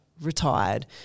retired